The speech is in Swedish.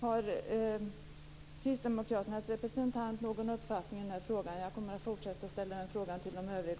Har Kristdemokraternas representant någon uppfattning i denna fråga? Jag kommer att fortsätta att ställa denna fråga också till de övriga.